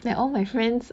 like all my friends